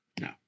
No